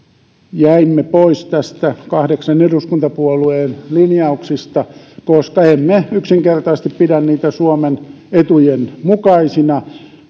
jäimme pois näistä kahdeksan eduskuntapuolueen linjauksista koska emme yksinkertaisesti pidä niitä suomen etujen mukaisina